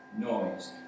noise